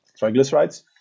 triglycerides